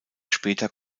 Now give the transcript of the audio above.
später